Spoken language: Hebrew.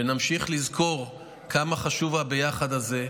שנמשיך לזכור כמה חשוב היחד הזה.